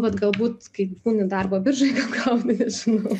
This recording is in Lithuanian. vat galbūt kai būni darbo biržoj gal gauni nežinau